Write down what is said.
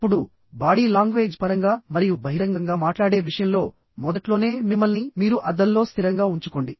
ఇప్పుడు body language పరంగా మరియు బహిరంగంగా మాట్లాడే విషయంలో మొదట్లోనే మిమ్మల్ని మీరు అద్దంలో స్థిరంగా ఉంచుకోండి